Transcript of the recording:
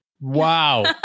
Wow